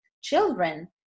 children